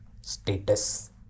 status